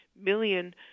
million